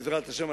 בעזרת השם,